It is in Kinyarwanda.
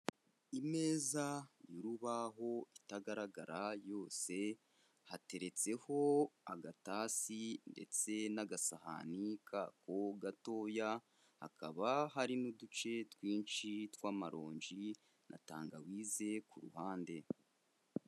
Imeza y'urubaho itagaragara yose hateretseho agatasi ndetse n'agasahani kako gatoya, hakaba hari n'uduce twinshi tw'amaronji na tangawize kuruhande.